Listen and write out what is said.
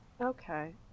Okay